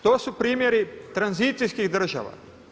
To su primjeri tranzicijskih država.